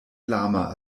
lama